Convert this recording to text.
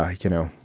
like you know,